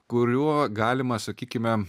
kuriuo galima sakykime